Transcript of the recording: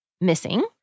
missing